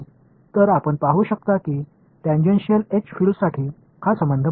எனவே இந்த உறவை நான் டான்ஜென்ஷியல் H புலங்களுக்கு பெறுவேன் என்பதை நீங்கள் காணலாம்